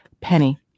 Penny